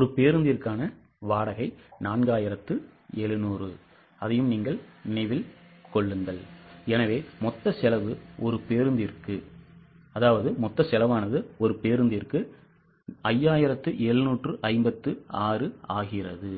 ஒரு பேருந்திற்காக வாடகை 4700 எனவே மொத்த செலவு ஒரு பேருந்திற்கு 5756 ஆகிறது